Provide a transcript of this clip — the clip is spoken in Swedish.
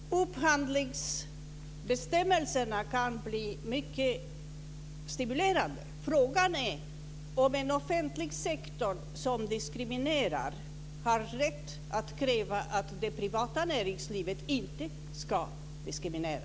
Herr talman! Upphandlingsbestämmelserna kan bli mycket stimulerande. Frågan är om en offentlig sektor som diskriminerar har rätt att kräva att det privata näringslivet inte ska diskriminera.